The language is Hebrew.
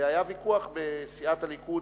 והיה ויכוח בסיעת הליכוד,